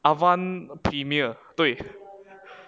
avon premier 对